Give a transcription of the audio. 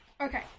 Okay